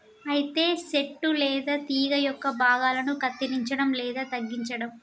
అయితే సెట్టు లేదా తీగ యొక్క భాగాలను కత్తిరంచడం లేదా తగ్గించడం